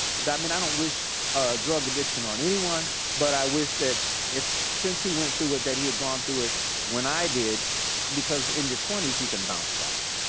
mean i don't wish a drug addiction on anyone but i wish that if, since he went through it that he had gone through it when i did because in your twenty s you can bounce back.